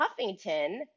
Huffington